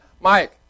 Mike